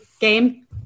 game